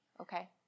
okay